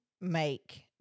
make